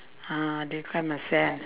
uh deep fry myself